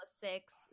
six